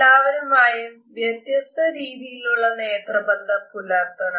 എല്ലാവരുമായും വ്യത്യസ്ത രീതിയിലുള്ള നേത്രബന്ധം പുലർത്തണം